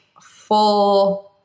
full